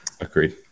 Agreed